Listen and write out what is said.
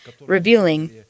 revealing